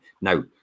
now